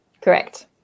Correct